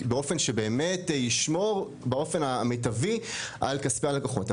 באופן שבאמת ישמור באופן המיטבי על כספי הלקוחות.